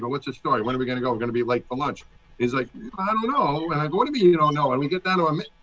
but what's the story? when we're we're gonna go, we're gonna be like for lunch is like ah um you know and going to be, you you know know, when we get down ah i mean